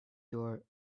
door